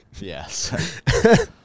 Yes